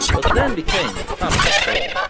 but then became the family stone.